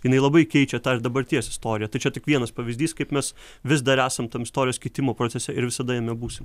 jinai labai keičia tą ir dabarties istoriją tai čia tik vienas pavyzdys kaip mes vis dar esam tam istorijos kitimo procese ir visada jame būsim